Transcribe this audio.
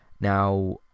Now